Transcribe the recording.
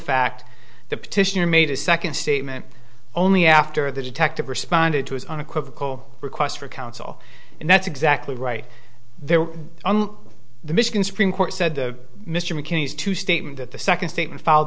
fact the petitioner made a second statement only after the detective responded to his unequivocal requests for counsel and that's exactly right there on the michigan supreme court said mr mckinney's to statement that the second statement f